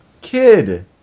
Kid